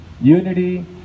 Unity